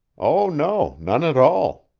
oh, no, none at all,